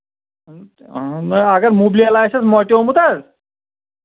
اَگر مُبلیل آسٮ۪س مۄٹیومُت حظ